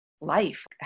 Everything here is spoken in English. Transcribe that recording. life